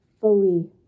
fully